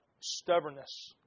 stubbornness